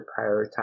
prioritize